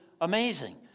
amazing